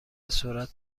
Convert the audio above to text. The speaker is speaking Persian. سرعت